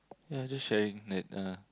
ya just sharing that uh